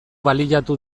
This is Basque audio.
baliatu